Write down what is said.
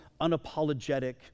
unapologetic